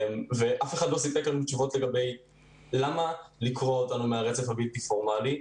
אף אחד לא סיפק לנו תשובות למה קורעים אותנו מהרצף הבלתי פורמלי.